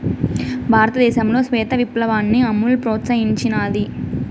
భారతదేశంలో శ్వేత విప్లవాన్ని అమూల్ ప్రోత్సహించినాది